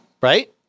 right